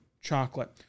chocolate